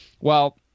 Well-